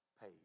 paid